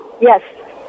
Yes